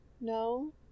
No